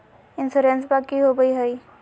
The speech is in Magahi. इंसोरेंसबा की होंबई हय?